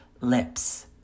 lips